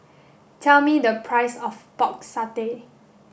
tell me the price of pork satay